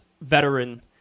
veteran